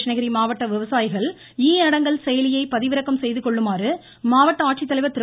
கிருஷ்ணகிரி மாவட்ட விவசாயிகள் ஈ அடங்கல் செயலியை பதிவிறக்கம் செய்து கொள்ளுமாறு மாவட்ட ஆட்சித்தலைவர் திரு